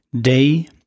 day